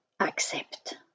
accept